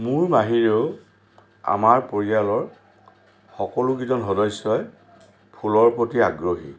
মোৰ বাহিৰেও আমাৰ পৰিয়ালৰ সকলোকেইজন সদস্যই ফুলৰ প্ৰতি আগ্ৰহী